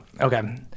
Okay